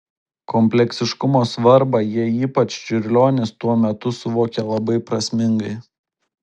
kompleksiškumo svarbą jie ypač čiurlionis tuo metu suvokė labai prasmingai